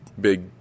big